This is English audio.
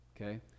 Okay